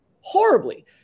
horribly